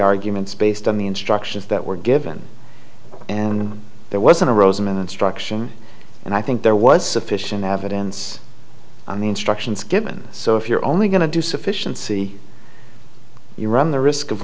arguments based on the instructions that were given and there wasn't a rosen instruction and i think there was sufficient evidence on the instructions given so if you're only going to do sufficiency you run the risk of